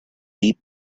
deep